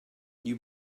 you